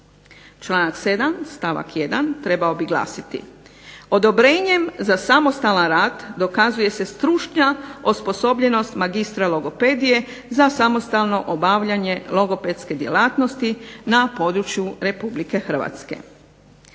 Članak 7. stavak 1. trebao bi glasiti, odobrenjem za samostalan rad dokazuje se stručna osposobljenost magistra logopedije za samostalno obavljanje logopedske djelatnosti na području RH. Članak